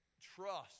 trust